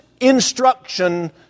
instruction